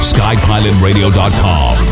Skypilotradio.com